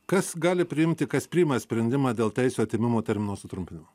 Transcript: kas gali priimti kas priima sprendimą dėl teisių atėmimo termino sutrumpinimo